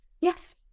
Yes